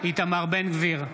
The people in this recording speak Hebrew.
איתמר בן גביר,